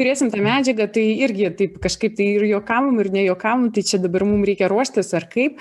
turėsim tą medžiagą tai irgi taip kažkaip tai ir juokavom ir nejuokavom tai čia dabar mum reikia ruoštis ar kaip